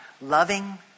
loving